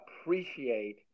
appreciate